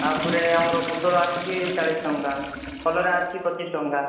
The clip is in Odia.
ତା'ପରେ ଆମର ପୋଟଳ ଆସୁଛି ଚାଳିଶ ଟଙ୍କା କଲରା ଅଛି ପଚିଶ ଟଙ୍କା